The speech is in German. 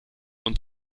und